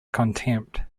contempt